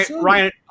Ryan